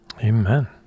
Amen